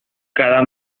cada